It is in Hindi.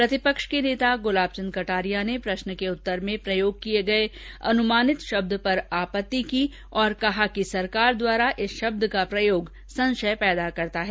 प्रतिपक्ष के नेता गुलाब चंद कटारिया ने प्रष्न के उत्तर में प्रयोग किये गए अनुमानित शब्द पर आपत्ति करते की और कहा कि सरकार द्वारा इस शब्द का प्रयोग संषय पैदा करता है